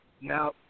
Now